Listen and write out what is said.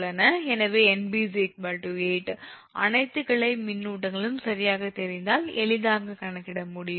எனவே 𝑁𝐵 8 அனைத்து கிளை மின்னூட்டங்களும் சரியாக தெரிந்தால் எளிதாக கணக்கிட முடியும்